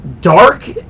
dark